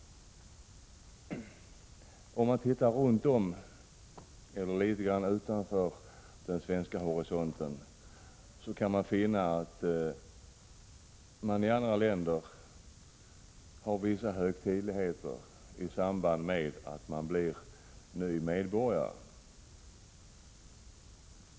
Om man vidgar horisonten litet och tittar efter hur det förhåller sig utanför Sveriges gränser, finner man att det i andra länder förekommer vissa högtidligheter i samband med att en person blir ny medborgare i landet.